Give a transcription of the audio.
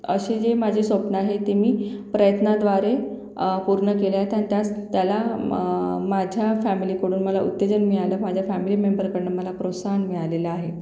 असे जे माझे स्वप्न आहे ते मी प्रयत्नाद्वारे पूर्ण केल्या त्यान् त्यास् त्याला म माझ्या फॅमिलीकडून मला उत्तेजन मिळालं माझ्या फॅमिली मेंबरकडनं मला प्रोत्साहन मिळालेलं आहे